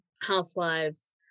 Housewives